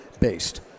based